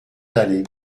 d’aller